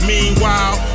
Meanwhile